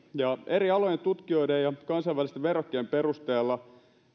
eri alojen tutkijoiden ja kansainvälisten verrokkien perusteella